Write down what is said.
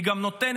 היא גם נותנת